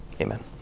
Amen